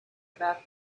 about